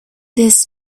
this